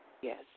Yes